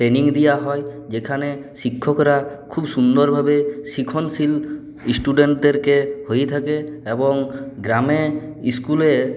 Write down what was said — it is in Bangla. টেনিং দেওয়া হয় যেখানে শিক্ষকরা খুব সুন্দরভাবে শিখনশীল স্টুডেন্টদেরকে হয়ে থাকে এবং গ্রামে ইস্কুলে